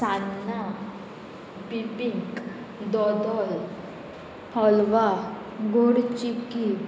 सान्नां बिबिंक दोदोल हलवा गोड चिकी